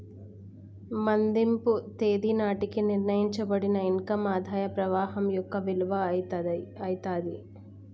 మదింపు తేదీ నాటికి నిర్ణయించబడిన ఇన్ కమ్ ఆదాయ ప్రవాహం యొక్క విలువ అయితాది